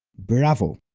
bravo!